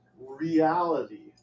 reality